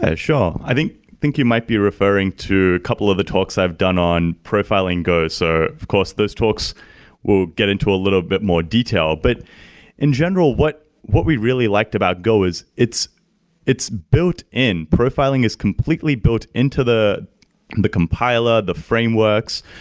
sure. i think think you might be referring to a couple of the talks i've done on profiling go. so, of course, those talks we'll get into a little bit more detail. but in general, what what we really liked about go is it's it's built in. profiling is completely built into the the compiler, the frameworks.